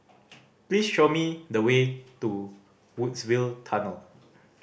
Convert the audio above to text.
please show me the way to Woodsville Tunnel